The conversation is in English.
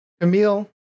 Camille